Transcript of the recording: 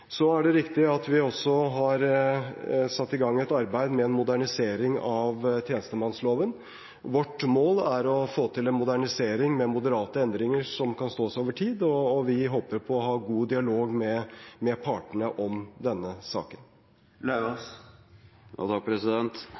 Så er det riktig at vi også har satt i gang et arbeid med en modernisering av tjenestemannsloven. Vårt mål er å få til en modernisering med moderate endringer som kan stå seg over tid, og vi håper på å ha god dialog med partene om denne